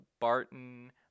Barton